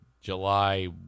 July